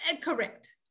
Correct